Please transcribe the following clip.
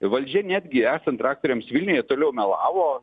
valdžia netgi esant traktoriams vilniuje toliau melavo